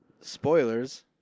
Spoilers